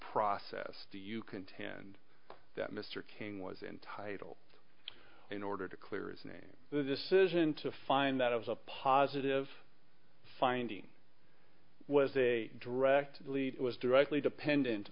process do you contend that mr king was entitle in order to clear his name the decision to find that it was a positive finding was a directly was directly dependent